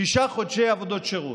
שישה חודשי עבודות שירות.